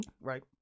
right